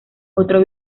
otro